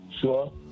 sure